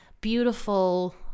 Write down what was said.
beautiful